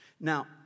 Now